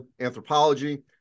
anthropology